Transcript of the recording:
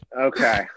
Okay